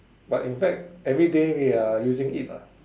but in fact everyday we are using it lah